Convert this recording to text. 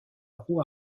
roue